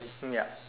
ya